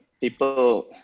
people